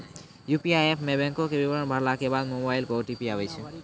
UPI app मे बैंको के विबरण भरला के बाद मोबाइल पे ओ.टी.पी आबै छै